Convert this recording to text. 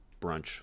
brunch